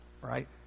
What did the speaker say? right